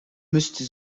müsste